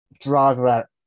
driver